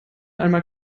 einmal